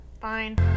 Fine